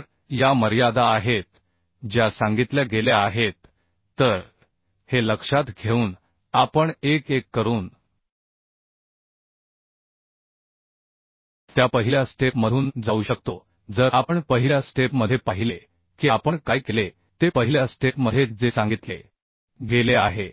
तर या मर्यादा आहेत ज्या सांगितल्या गेल्या आहेत तर हे लक्षात घेऊन आपण एक एक करून त्या पहिल्या स्टेप मधून जाऊ शकतो जर आपण पहिल्या स्टेप मध्ये पाहिले की आपण काय केले ते पहिल्या स्टेप मध्ये जे सांगितले गेले आहे